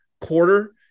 quarter